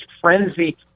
frenzy